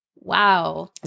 wow